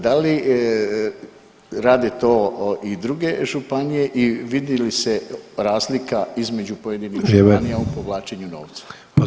Da li rade to i druge županije i vidi li se razlika između pojedinih [[Upadica Sanader: Vrijeme.]] županija u povlačenju novca?